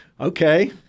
okay